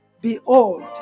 behold